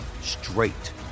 straight